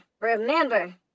remember